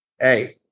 hey